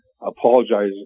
apologize